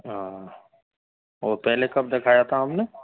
वो पहले कब देखाया था आपने